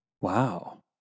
Wow